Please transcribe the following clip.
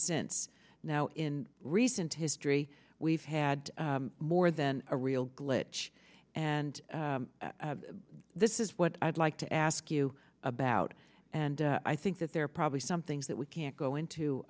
since now in recent history we've had more than a real glitch and this is what i'd like to ask you about and i think that there are probably some things that we can't go into